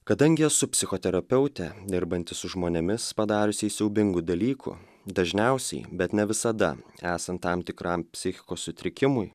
kadangi esu psichoterapeutė dirbanti su žmonėmis padariusiais siaubingų dalykų dažniausiai bet ne visada esant tam tikram psichikos sutrikimui